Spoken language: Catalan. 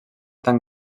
tant